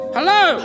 Hello